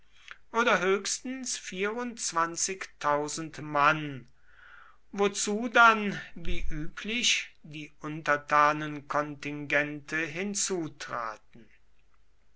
oder höchstens mann wozu dann wie üblich die untertanenkontingente hinzutraten